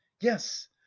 yes